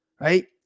right